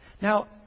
Now